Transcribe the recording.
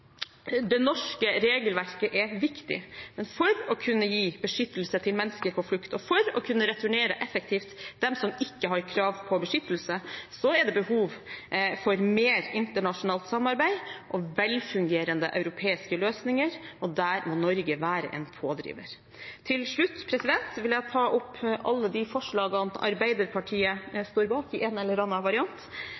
Det norske regelverket er viktig, men for å kunne gi beskyttelse til mennesker på flukt, for å kunne returnere effektivt dem som ikke har krav på beskyttelse, er det behov for mer internasjonalt samarbeid og velfungerende europeiske løsninger, og der må Norge være en pådriver. Til slutt vil jeg ta opp alle de forslagene som Arbeiderpartiet